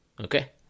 okay